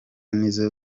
n’izo